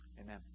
Amen